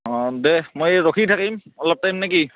অঁ দে মই এই ৰখি থাকিম অলপ টাইম নে কি